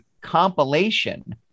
compilation